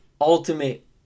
Ultimate